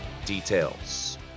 details